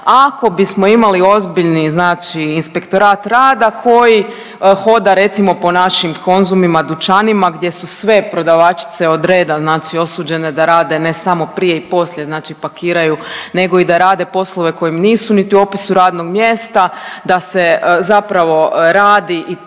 ako bismo imali ozbiljni inspektorat rada koji hoda recimo po našim Konzumima, dućanima gdje su sve prodavačice od reda osuđene ne samo prije i poslije, znači pakiraju nego i da rade poslove koji nisu niti u opisu radnog mjesta. Da se zapravo radi i